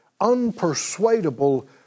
unpersuadable